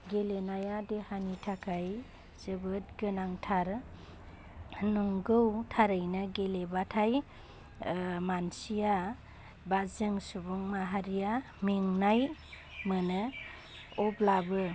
गेलेनाया देहानि थाखाय जोबोद गोनांथार नंगौ थारैनो गेलेबाथाय मानसिया बा जों सुबुं माहारिया मेंनाय मोनो अब्लाबो